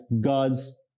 God's